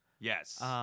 Yes